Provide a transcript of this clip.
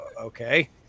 okay